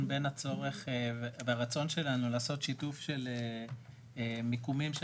בין הצורך והרצון שלנו לעשות שיתוף של מיקומים של